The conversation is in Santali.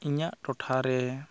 ᱤᱧᱟᱹᱜ ᱴᱚᱴᱷᱟ ᱨᱮ